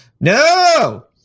No